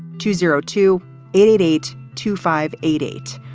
two zero two eight eight eight two five eight eight.